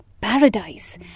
paradise